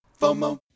FOMO